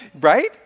Right